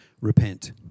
repent